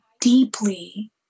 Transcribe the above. deeply